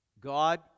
God